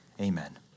Amen